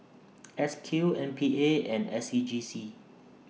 S Q M P A and S C G C